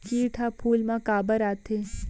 किट ह फूल मा काबर आथे?